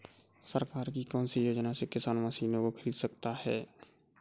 सरकार की कौन सी योजना से किसान मशीनों को खरीद सकता है?